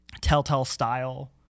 Telltale-style